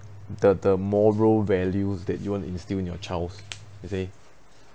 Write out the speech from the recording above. the the moral values that you want to instill in your child's you see